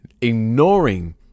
ignoring